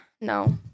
No